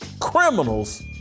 criminals